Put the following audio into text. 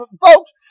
Folks